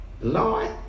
Lord